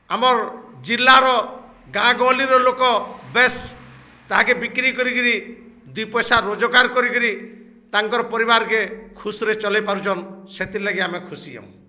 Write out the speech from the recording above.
ଆମର୍ ଜିଲ୍ଲାର ଗାଁ ଗହଳିର ଲୋକ ବେଶ୍ ତାହାକେ ବିକ୍ରି କରିକିରି ଦୁଇ ପଏସା ରୋଜ୍ଗାର୍ କରିକିରି ତାଙ୍କର୍ ପରିବାର୍କେ ଖୁସ୍ରେ ଚଲେଇ ପାରୁଚନ୍ ସେଥିର୍ଥିଲାଗି ଆମେ ଖୁସି ଆଉ